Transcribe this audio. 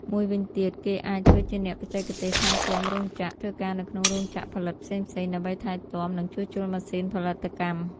មួយវិញទៀត គេអាចធ្វើជាអ្នកបច្ចេកទេសថែទាំរោងចក្រ ធ្វើការនៅក្នុងរោងចក្រផលិតផ្សេងៗ ដើម្បីថែទាំ និងជួសជុលម៉ាស៊ីនផលិតកម្ម។